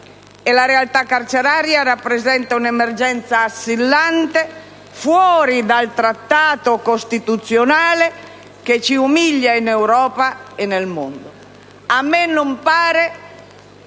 la realtà carceraria rappresenta un'emergenza assillante, fuori dal trattato costituzionale, che ci umilia in Europa e nel mondo. A me non pare